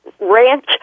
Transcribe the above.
ranch